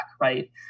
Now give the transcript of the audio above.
right